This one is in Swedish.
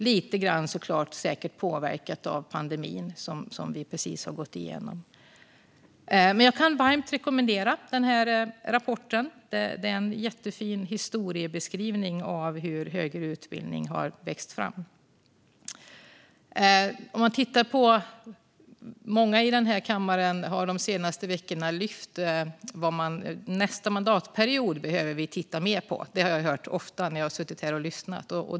Detta är, som vi precis har gått igenom, säkert lite grann påverkat av pandemin. Jag kan varmt rekommendera den här rapporten. Den är en jättefin historiebeskrivning av hur högre utbildning har växt fram. Många i den här kammaren har de senaste veckorna tagit upp vad vi behöver titta mer på nästa mandatperiod; det har jag hört ofta när jag har suttit här och lyssnat.